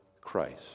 Christ